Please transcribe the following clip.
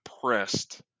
pressed